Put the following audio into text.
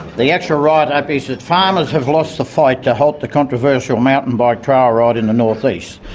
the actual write-up is that farmers have lost the fight to halt the controversial mountain bike trail ride in the north-east.